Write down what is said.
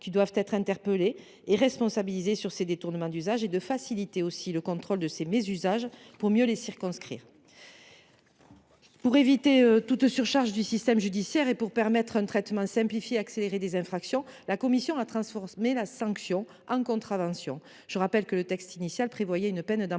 qui doivent être interpellés et responsabilisés quant à ces détournements d’usage, et de faciliter le contrôle de ces mésusages pour mieux les circonscrire. Pour éviter toute surcharge du système judiciaire et pour permettre un traitement simplifié et accéléré des infractions, la commission a transformé la sanction en contravention – je rappelle que le texte initial prévoyait une peine d’emprisonnement